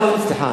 סליחה,